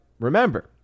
remember